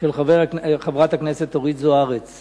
של חברת הכנסת אורית זוארץ